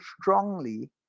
strongly